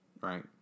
Right